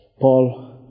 Paul